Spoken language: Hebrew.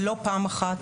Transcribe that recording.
ולא פעם אחת,